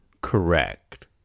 correct